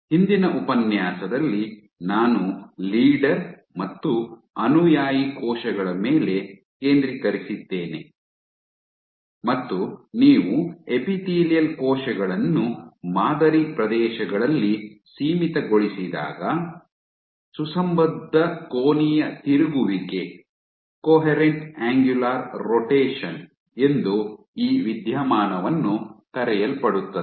ಹಿಂದಿನ ಉಪನ್ಯಾಸದಲ್ಲಿ ನಾನು ಲೀಡರ್ ಮತ್ತು ಅನುಯಾಯಿ ಕೋಶಗಳ ಮೇಲೆ ಕೇಂದ್ರೀಕರಿಸಿದ್ದೇನೆ ಮತ್ತು ನೀವು ಎಪಿಥೇಲಿಯಲ್ ಕೋಶಗಳನ್ನು ಮಾದರಿ ಪ್ರದೇಶಗಳಲ್ಲಿ ಸೀಮಿತಗೊಳಿಸಿದಾಗ ಸುಸಂಬದ್ಧ ಕೋನೀಯ ತಿರುಗುವಿಕೆ ಎಂದು ಈ ವಿದ್ಯಮಾನವನ್ನು ಕರೆಯಲ್ಪಡುತ್ತದೆ